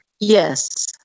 Yes